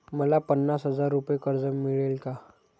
मला पन्नास हजार रुपये कर्ज मिळेल का?